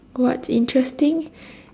what's interesting